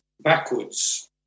backwards